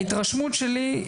מההתרשמות שלי,